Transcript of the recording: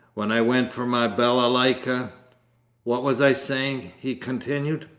when i went for my balalayka what was i saying he continued.